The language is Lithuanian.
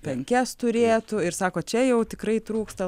penkias turėtų ir sako čia jau tikrai trūksta